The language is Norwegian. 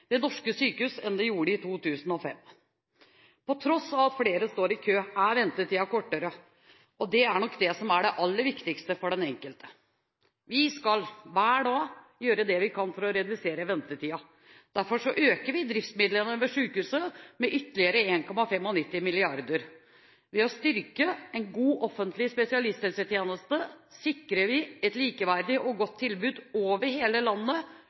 ved norske sykehus enn det ble gjort i 2005. På tross av at flere står i kø, er ventetiden kortere, og det er nok det aller viktigste for den enkelte. Vi skal, hver dag, gjøre det vi kan for å redusere ventetiden. Derfor øker vi driftsmidlene ved sykehusene med ytterligere 1,95 mrd. kr. Ved å styrke en god offentlig spesialisthelsetjeneste sikrer vi et likeverdig og godt tilbud over hele landet,